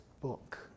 book